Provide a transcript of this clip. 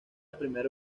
primera